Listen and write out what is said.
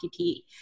PPE